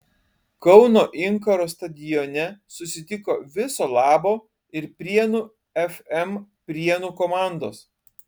kauno inkaro stadione susitiko viso labo ir prienų fm prienų komandos